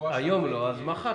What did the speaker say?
אם היום לא, אז מחר.